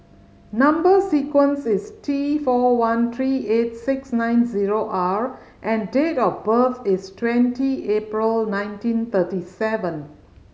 number sequence is T four one three eight six nine zero R and date of birth is twenty April nineteen thirty seven